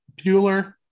Bueller